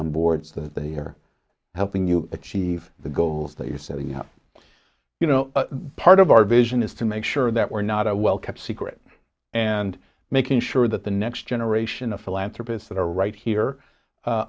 on board so that they are helping you achieve the goals that you're setting up you know part of our vision is to make sure that we're not a well kept secret and making sure that the next generation a philanthropists that are right here